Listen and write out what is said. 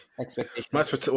expectation